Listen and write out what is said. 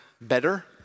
better